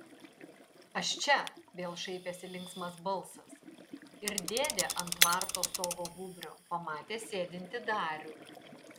aš čia vėl šaipėsi linksmas balsas ir dėdė ant tvarto stogo gūbrio pamatė sėdintį darių